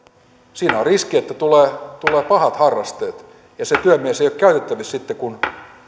siinä on riski että tulee tulee pahat harrasteet ja se työmies ei ole käytettävissä sitten kun